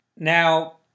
Now